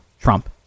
Trump